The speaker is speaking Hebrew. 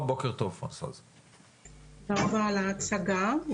תודה רבה על ההצגה.